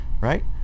right